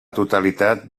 totalitat